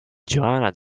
johanna